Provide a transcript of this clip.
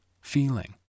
feeling